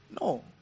No